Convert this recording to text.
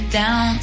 down